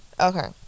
Okay